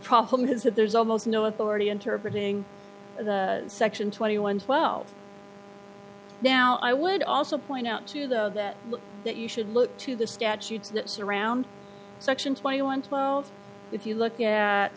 problem is that there's almost no authority interbreeding the section twenty one twelve now i would also point out too though that that you should look to the statutes that surround section twenty one twelve if you look at